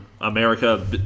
America